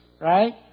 Right